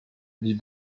you